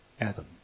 Adam